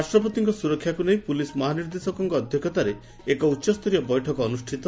ରାଷ୍ଟପତିଙ୍କ ସୁରକ୍ଷାକୁ ନେଇ ପୁଲିସ୍ ମହାନିର୍ଦ୍ଦେଶକଙ୍କ ଅଧ୍ଧକ୍ଷତାରେ ଏକ ଉଚ୍ଚସ୍ତରୀୟ ବୈଠକ ଅନୁଷ୍ଟିତ